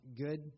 good